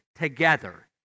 together